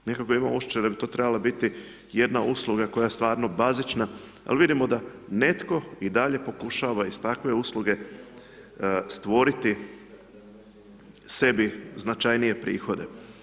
Nekako imam osjećaj da bi to trebala biti jedna usluga koja stvarno bazična, ali vidimo da netko i dalje pokušava iz takve usluge stvoriti sebi značajnije prihode.